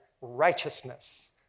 righteousness